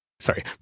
Sorry